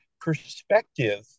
perspective